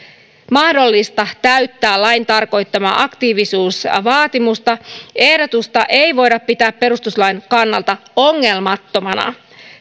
mahdollista täyttää lain tarkoittamaa aktiivisuusvaatimusta ehdotusta ei voida pitää perustuslain kannalta ongelmattomana